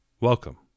Welcome